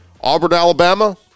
Auburn-Alabama